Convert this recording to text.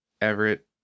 everett